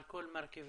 על כל מרכיביה,